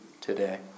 today